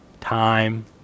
time